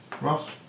Ross